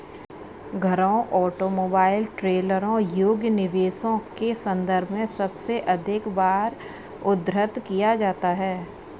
घरों, ऑटोमोबाइल, ट्रेलरों योग्य निवेशों के संदर्भ में सबसे अधिक बार उद्धृत किया जाता है